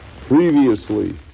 previously